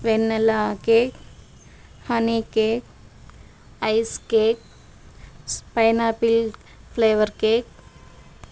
vanilla cake honey cake ice cake pineapple flavour cake